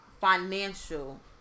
financial